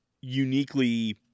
uniquely